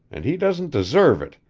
and he doesn't deserve it,